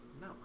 No